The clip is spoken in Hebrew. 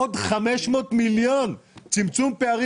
עוד 500 מיליון צמצום פערים,